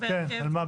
כן, על מה?